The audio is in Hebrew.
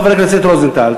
חבר הכנסת רוזנטל,